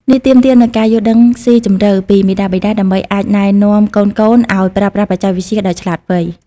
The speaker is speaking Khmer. នេះទាមទារនូវការយល់ដឹងស៊ីជម្រៅពីមាតាបិតា ដើម្បីអាចណែនាំកូនៗឱ្យប្រើប្រាស់បច្ចេកវិទ្យាដោយឆ្លាតវៃ។